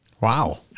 Wow